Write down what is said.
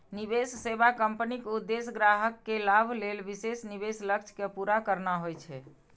निवेश सेवा कंपनीक उद्देश्य ग्राहक के लाभ लेल विशेष निवेश लक्ष्य कें पूरा करना होइ छै